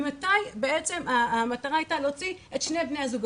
ממתי בעצם המטרה הייתה להוציא את שני בני הזוג?